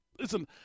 Listen